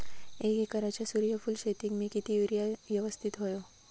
एक एकरच्या सूर्यफुल शेतीत मी किती युरिया यवस्तित व्हयो?